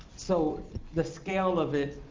so the scale of it